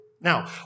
Now